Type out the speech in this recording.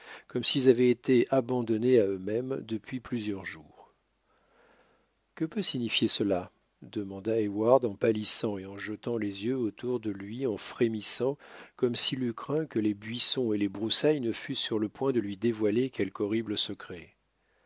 comme s'ils avaient été abandonnés à eux-mêmes depuis plusieurs jours que peut signifier cela demanda heyward en pâlissant et en jetant les yeux autour de lui en frémissant comme s'il eût craint que les buissons et les broussailles ne fussent sur le point de lui dévoiler quelque horrible secret